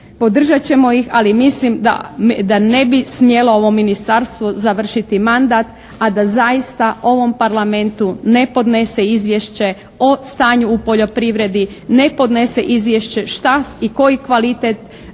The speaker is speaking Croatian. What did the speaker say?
Podržat ćemo ih, ali mislim da ne bi smjelo ovo ministarstvo završiti mandat, a da zaista ovom Parlamentu ne podnese izvješće o stanju u poljoprivredi, ne podnese izvješće šta i koji kvalitet